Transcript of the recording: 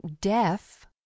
DEAF